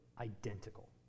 identical